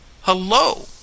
Hello